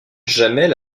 jamais